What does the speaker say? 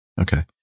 Okay